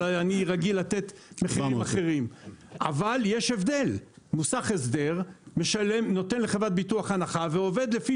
אבל יש הבדל כי מוסך הסדר נותן לחברת הביטוח הנחה ועובד לפי